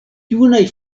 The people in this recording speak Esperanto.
junaj